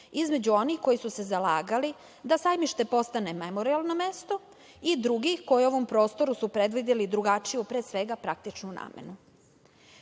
između onih koji su se zalagali da „Sajmište“ postane memorijalno mesto i drugih koji su ovom prostoru predvideli drugačiju pre svega praktičnu namenu.